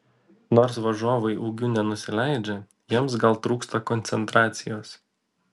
nors varžovai ūgiu nenusileidžia jiems gal trūksta koncentracijos